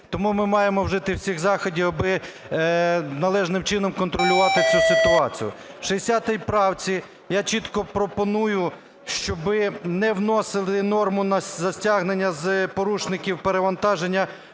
Тому ми маємо вжити всіх заходів, аби належним чином контролювати цю ситуацію. В 60 правці я чітко пропоную, щоби не вносили норму за стягнення з порушників перевантаження,